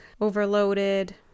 overloaded